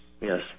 Yes